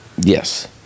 Yes